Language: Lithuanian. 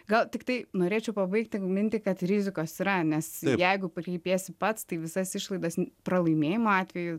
gal tiktai norėčiau pabaigti mintį kad rizikos yra nes jeigu kreipiesi pats tai visas išlaidas pralaimėjimo atveju